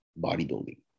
bodybuilding